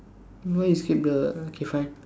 why you skip the K fine